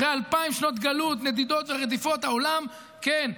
אחרי 2,000 שנות גלות, נדידות ורדיפות, העולם, כן,